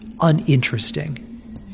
uninteresting